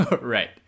Right